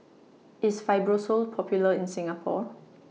IS Fibrosol Popular in Singapore